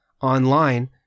online